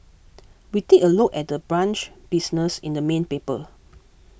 we take a look at the brunch business in the main paper